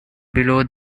below